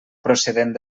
procedent